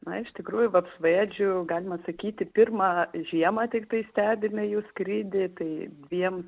na iš tikrųjų vapsvaėdžių galima sakyti pirmą žiemą tiktai stebime jų skrydį tai dviem